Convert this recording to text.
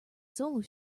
solar